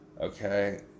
Okay